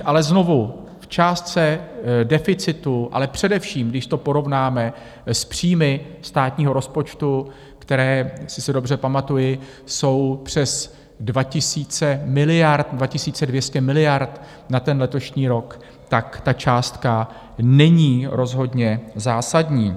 Ale znovu, v částce deficitu, ale především, když to porovnáme s příjmy státního rozpočtu, které, jestli se dobře pamatuji, jsou přes 2 000 miliard, 2 200 miliard na ten letošní rok, tak ta částka není rozhodně zásadní.